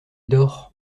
dort